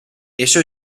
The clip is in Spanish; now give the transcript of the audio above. eso